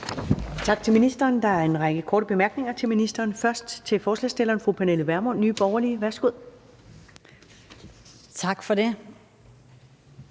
Tak til ministeren. Der er en række korte bemærkninger til ministeren, først fra ordføreren for forslagsstillerne, fru Pernille Vermund, Nye Borgerlige. Værsgo. Kl.